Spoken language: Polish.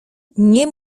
nie